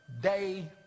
day